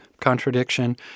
contradiction